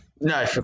no